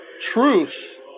truth